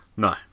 No